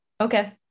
Okay